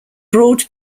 broad